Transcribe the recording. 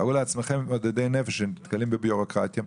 תארו לעצמם מתמודדי נפש שנתקלים בבירוקרטיה,